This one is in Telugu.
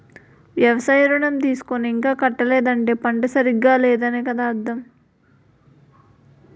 వ్యవసాయ ఋణం తీసుకుని ఇంకా కట్టలేదంటే పంట సరిగా లేదనే కదా అర్థం